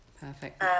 Perfect